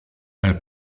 elle